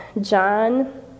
John